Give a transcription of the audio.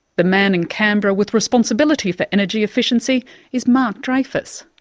the man in canberra with responsibility for energy efficiency is mark dreyfus.